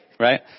Right